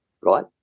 Right